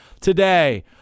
today